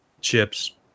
chips